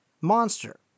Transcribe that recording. monster